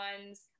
ones